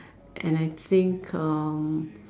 and I think um